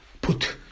put